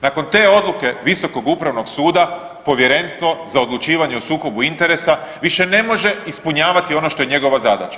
Nakon te odluke Visokog upravnog suda Povjerenstvo za odlučivanje o sukobu interesa više ne može ispunjavati ono što je njegova zadaća.